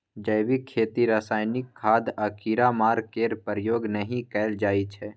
जैबिक खेती रासायनिक खाद आ कीड़ामार केर प्रयोग नहि कएल जाइ छै